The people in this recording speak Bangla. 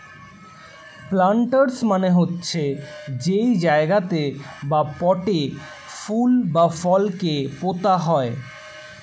প্লান্টার্স মানে হচ্ছে যেই জায়গাতে বা পটে ফুল বা ফল কে পোতা হয়